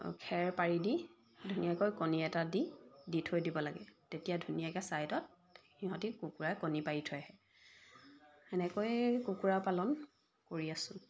খেৰ পাৰি দি ধুনীয়াকৈ কণী এটা দি দি থৈ দিব লাগে তেতিয়া ধুনীয়াকৈ ছাইডত সিহঁতি কুকুৰা কণী পাৰি থৈ আহে সেনেকৈয়ে কুকুৰা পালন কৰি আছোঁ